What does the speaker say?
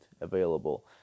available